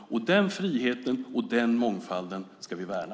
Den friheten och den mångfalden ska vi värna.